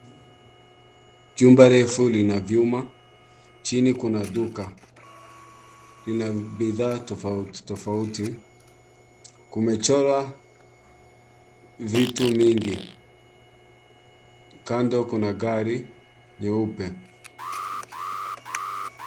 Jumba refu lina vyuma. Chini kuna duka. Lina bidhaa tofauti tofauti. Kumechorwa vitu mingi, kando kuna gari nyeupe.